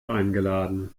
eingeladen